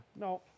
No